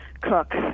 cook